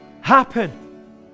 happen